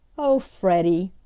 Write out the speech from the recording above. oh, freddie!